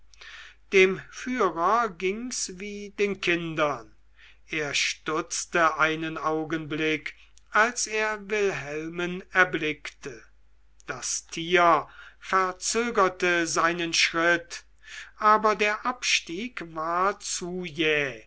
dem führer ging's wie den kindern er stutzte einen augenblick als er wilhelmen erblickte das tier verzögerte seinen schritt aber der abstieg war zu